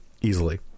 Easily